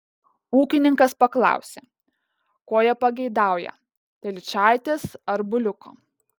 ūkininkas paklausė ko jie pageidaują telyčaitės ar buliuko